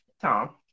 Tom